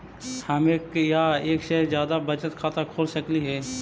हम एक या एक से जादा बचत खाता खोल सकली हे?